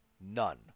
none